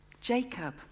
Jacob